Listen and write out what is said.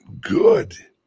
good